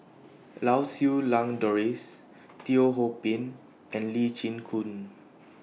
Lau Siew Lang Doris Teo Ho Pin and Lee Chin Koon